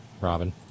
Robin